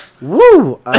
Woo